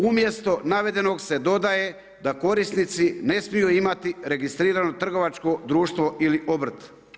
Umjesto navedenog se dodaje da korisnici ne smiju imati registrirano trgovačko društvo ili obrt.